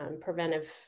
preventive